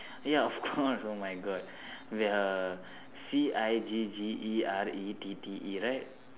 ya of course oh my god we are C I G G E R E T T E right